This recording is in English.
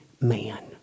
man